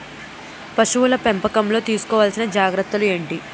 పశువుల పెంపకంలో తీసుకోవల్సిన జాగ్రత్తలు ఏంటి?